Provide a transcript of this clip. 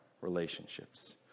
relationships